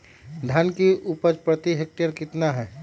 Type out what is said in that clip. धान की उपज प्रति हेक्टेयर कितना है?